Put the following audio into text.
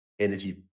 energy